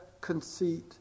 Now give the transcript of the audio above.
conceit